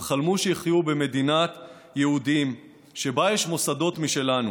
הם חלמו שיחיו במדינת יהודים שבה יש מוסדות משלנו.